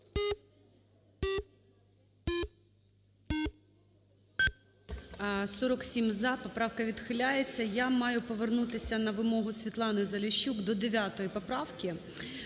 За-47 Поправка відхиляється. Я маю повернутися на вимогу СвітланиЗаліщук до 9 поправки.